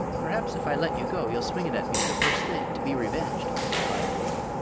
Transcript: perhaps if i let you go you'll swing it at me the first thing, to be revenged, replied the boy.